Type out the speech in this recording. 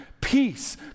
peace